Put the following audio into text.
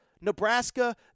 Nebraska